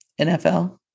NFL